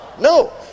no